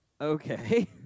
okay